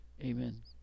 amen